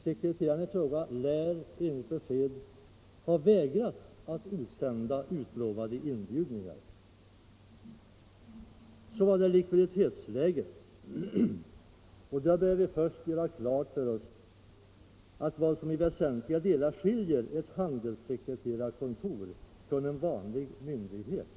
Sekreteraren i fråga lär enligt besked ha vägrat att utsända utlovade inbjudningar. Beträffande likviditetsläget skall vi först ha klart för oss vad som i väsentliga delar skiljer ett handelssekreterarkontor från en vanlig myndighet.